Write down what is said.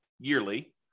yearly